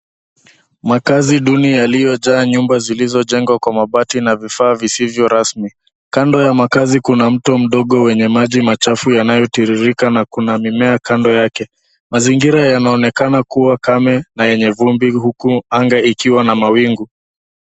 Makazi duni yaliyojaa nyumba zilizojengwa kwa mabati na vifaa visivyo rasmi. Kando ya makazi kuna mto mdogo wenye maji machafu yanayotiririka na kuna mimea kando yake. Mazingira yanaonekana kuwa kame na yenye vumbi huku anga ikiwa na mawingu.